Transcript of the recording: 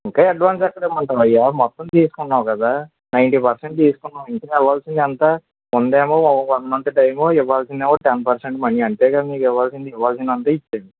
ఇంకా అడ్వాన్స్ ఎక్కడ ఇవ్వమంటావు అయ్యా మొత్తం తీసుకున్నావు గదా నైంటీ పెర్సెంట్ తీసుకున్నావు ఇంకా రావలసింది ఎంత ముందు ఏమో వన్ మంత్ టైం ఇవ్వాల్సింది ఏమో టెన్ పర్సెంట్ మని అంతేగా మీకు ఇవ్వాల్సింది ఇవ్వాల్సింది అంతా ఇచ్చాను